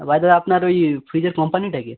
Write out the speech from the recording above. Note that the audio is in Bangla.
বাই দা ওয়ে আপনার ওই ফ্রিজের কম্পানিটা কী